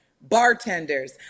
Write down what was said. bartenders